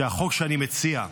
שהחוק שאני מציע,